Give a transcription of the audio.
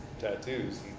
tattoos